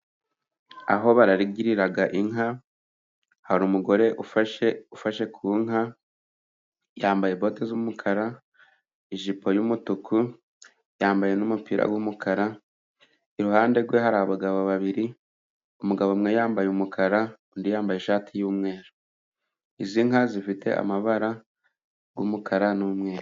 Aho baragirira inka hari umugore ufashe ku nka, yambaye bote z'umukara, ijipo y'umutuku, yambaye n'umupira w'umukara, iruhande rwe hari abagabo babiri: umugabo umwe yambaye umukara undi yambaye ishati y'umweru. Izi nka zifite amabara y'umukara n'umweru.